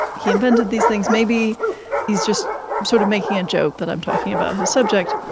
he invented these things, maybe he's just sort of making a joke, that i'm talking about his subject.